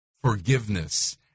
forgiveness